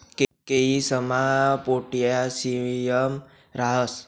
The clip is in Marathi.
केयीसमा पोटॅशियम राहस